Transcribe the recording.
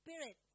spirit